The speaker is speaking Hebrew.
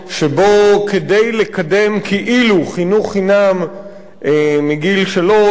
שבו, כדי לקדם כאילו חינוך חינם מגיל שלוש,